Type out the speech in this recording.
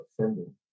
offending